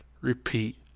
repeat